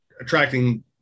attracting